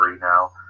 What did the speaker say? now